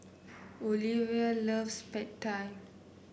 Olevia loves Pad Thai